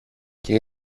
και